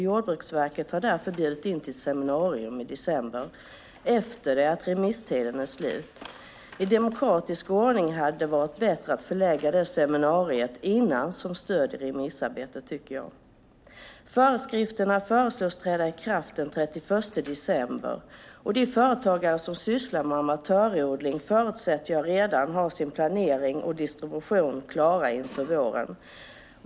Jordbruksverket har därför bjudit in till ett seminarium i december, efter det att remisstiden är slut. I demokratisk ordning hade det varit bättre att förlägga seminariet tidigare som stöd i remissarbetet, tycker jag. Föreskrifterna föreslås träda i kraft den 31 december. Jag förutsätter att de företagare som sysslar med amatörodling redan har sin planering och distribution klar inför våren.